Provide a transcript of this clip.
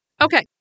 Okay